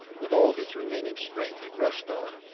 with all his remaining strength he rushed on,